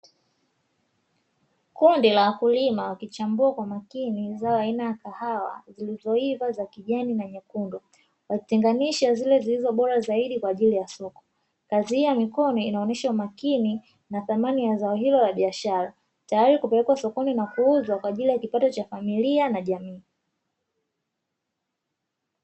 Kundi la wakulima wakichambua kwa umakini zao aina ya kahawa zilizoiva za kijani na nyekundu, wakitenganisha zile zilizo bora zaidi kwa ajili ya soko. Kazi hii ya mikono, inaonyesha umakini na thamani ya zao hilo la biashara, tayari kupelekwa sokoni na kuuzwa, kwa ajili ya kipato cha familia na jamii.